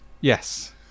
Yes